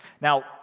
Now